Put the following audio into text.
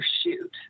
shoot